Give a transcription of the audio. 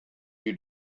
you